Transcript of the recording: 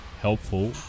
helpful